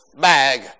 bag